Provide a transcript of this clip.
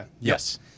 Yes